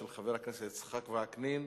של חבר הכנסת יצחק וקנין,